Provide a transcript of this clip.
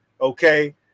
Okay